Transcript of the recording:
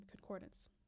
concordance